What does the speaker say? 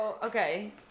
Okay